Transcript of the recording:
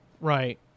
Right